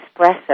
espresso